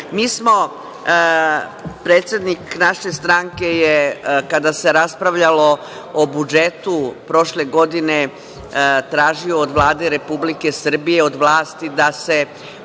nešto. Predsednik naše stranke je kada se raspravljalo o budžetu prošle godine, tražio od Vlade Republike Srbije, od vlasti, da se